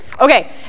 okay